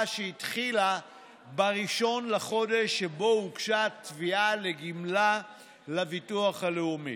שהתחילה ב-1 בחודש שבו הוגשה תביעה לגמלה לביטוח הלאומי.